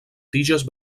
tiges